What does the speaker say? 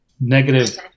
negative